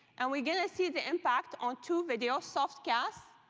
and we're going to see the impact on two videos, softcast,